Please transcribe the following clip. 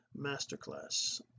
masterclass